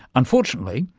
unfortunately,